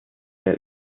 der